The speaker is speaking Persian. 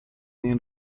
این